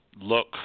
look